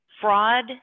fraud